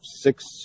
six